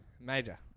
Major